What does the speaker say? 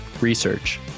research